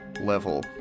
level